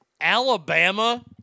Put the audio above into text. Alabama